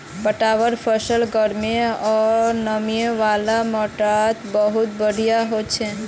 पटवार फसल गर्मी आर नमी वाला माटीत बहुत बढ़िया हछेक